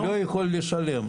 לא יכול לשלם.